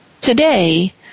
Today